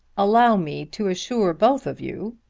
allow me to assure both of you,